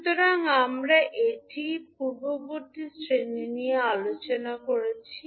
সুতরাং এটি আমরা পূর্ববর্তী শ্রেণি নিয়ে আলোচনা করেছি